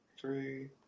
three